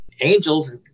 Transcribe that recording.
angels